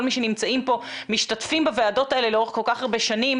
מי שנמצאים פה משתתפים בוועדות האלה לאורך כל כך הרבה שנים